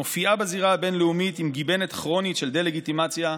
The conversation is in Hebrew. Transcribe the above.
מופיעה בזירה הבין-לאומית עם גיבנת כרונית של דה-לגיטימציה.